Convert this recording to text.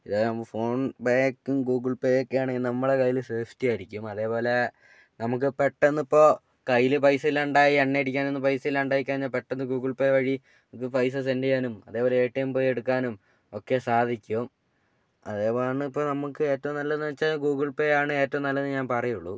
ഇതാകുമ്പം ഫോൺപേക്കും ഗൂഗിൾപേയൊക്കെയാണെങ്കിൽ നമ്മളെ കയ്യില് സേഫ്റ്റി ആയിരിക്കും അതേപോലെ നമുക്ക് പെട്ടെന്നിപ്പോൾ കയ്യില് പൈസ ഇല്ലാണ്ടായി എണ്ണയടിക്കാനൊന്നും പൈസ ഇല്ലാണ്ടായി പെട്ടെന്ന് ഗൂഗിൾപേ വഴി ഇപ്പോൾ പൈസ സെന്റ് ചെയ്യാനും അതേപോലെ എടിഎം പോയെടുക്കാനും ഒക്കെ സാധിക്കും അതേപോലാണ് ഇപ്പം നമുക്ക് ഏറ്റവും നല്ലതെന്ന് വെച്ചാൽ ഗൂഗിൾപേയാണ് ഏറ്റവും നല്ലതെന്ന് ഞാൻ പറയുകയുള്ളു